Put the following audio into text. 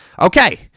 Okay